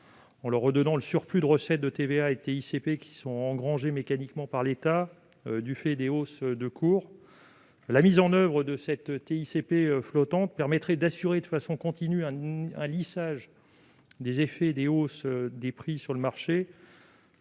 en leur redonnant le surplus de recettes de TVA et de TICPE engrangé mécaniquement par l'État du fait des hausses des cours. La mise en oeuvre de cette TICPE flottante permettrait d'assurer de façon continue un lissage des effets de la hausse des prix sur le marché